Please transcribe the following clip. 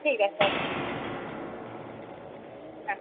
ঠিক আছে একদম হ্যাঁ